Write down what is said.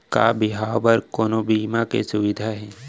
का बिहाव बर कोनो बीमा के सुविधा हे?